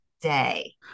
day